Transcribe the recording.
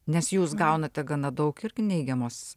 nes jūs gaunate gana daug irgi neigiamos